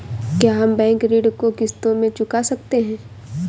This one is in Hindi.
क्या हम बैंक ऋण को किश्तों में चुका सकते हैं?